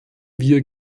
wir